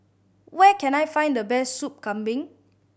where can I find the best Soup Kambing